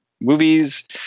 movies